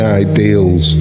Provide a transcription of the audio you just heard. ideals